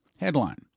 Headline